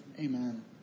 amen